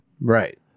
Right